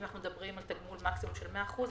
אם אנחנו מדברים על תגמול מקסימום של 100 אחוזים,